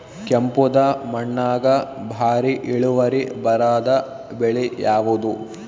ಕೆಂಪುದ ಮಣ್ಣಾಗ ಭಾರಿ ಇಳುವರಿ ಬರಾದ ಬೆಳಿ ಯಾವುದು?